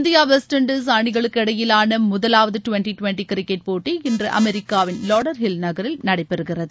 India west indies அணிகளுக்கு இடையிலான முதலாவது டுவன்டி டுவன்டி கிரிக்கெட் போட்டி இன்று அமெரிக்காவின் வாடர்ஹில் நகரில் நடைபெறுகிறது